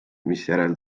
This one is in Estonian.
misjärel